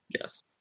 Yes